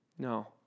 No